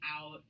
out